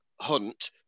Hunt